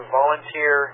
volunteer